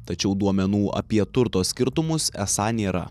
tačiau duomenų apie turto skirtumus esą nėra